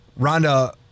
Rhonda